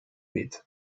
pit